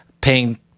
paying